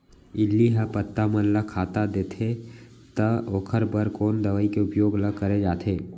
इल्ली ह पत्ता मन ला खाता देथे त ओखर बर कोन दवई के उपयोग ल करे जाथे?